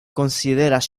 konsideras